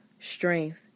strength